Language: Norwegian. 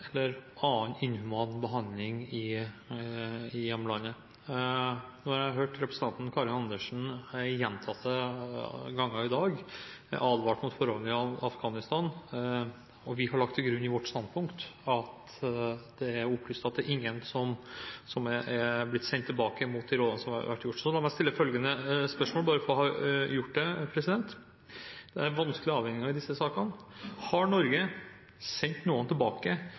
eller annen inhuman behandling i hjemlandet. Nå har jeg hørt at representanten Karin Andersen gjentatte ganger i dag har advart mot forholdene i Afghanistan, og vi har lagt til grunn i vårt standpunkt at det er opplyst at det er ingen som er blitt sendt tilbake mot de rådene som har vært gitt. La meg stille følgende spørsmål bare for å ha gjort det – det er vanskelige avveininger i disse sakene: Har Norge sendt noen tilbake